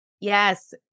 Yes